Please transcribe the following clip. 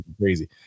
crazy